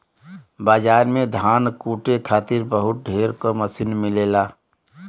बाजार में धान कूटे खातिर बहुत ढेर क मसीन मिलेला